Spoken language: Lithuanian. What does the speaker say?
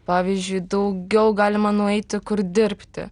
pavyzdžiui daugiau galima nueiti kur dirbti